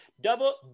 double